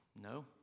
no